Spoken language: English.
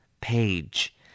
page